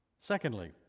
Secondly